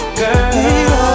girl